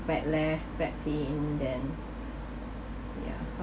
back left back pain then yeah